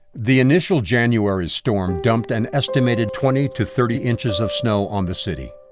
the initial january storm dumped an estimated twenty to thirty inches of snow on the city.